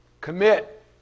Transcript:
Commit